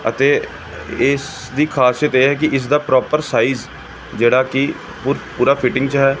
ਅਤੇ ਇਸ ਦੀ ਖਾਸੀਅਤ ਇਹ ਹੈ ਕਿ ਇਸਦਾ ਪ੍ਰੋਪਰ ਸਾਈਜ਼ ਜਿਹੜਾ ਕਿ ਪੁਰ ਪੂਰਾ ਫੀਟਿੰਗ 'ਚ ਹੈ